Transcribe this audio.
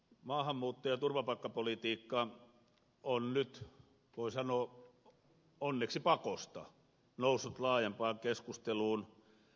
maahanmuutto ja turvapaikkapolitiikka on nyt voi sanoa onneksi pakosta noussut laajempaan keskusteluun